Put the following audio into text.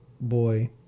boy